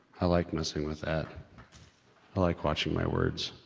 i like messing with that. i like watching my words.